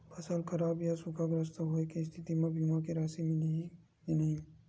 फसल खराब या सूखाग्रस्त होय के स्थिति म बीमा के राशि मिलही के नही?